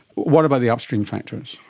what about the upstream factors?